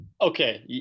Okay